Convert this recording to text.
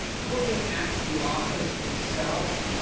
looking at the office itself,